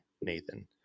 Nathan